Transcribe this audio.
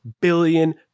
billion